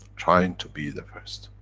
trying to be the first